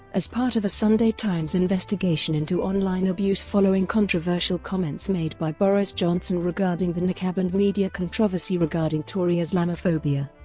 as part of a sunday times investigation into online abuse following controversial comments made by boris johnson regarding the niqab and media controversy regarding tory islamophobia,